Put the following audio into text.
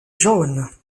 jaune